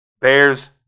Bears